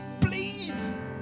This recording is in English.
Please